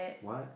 what